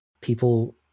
people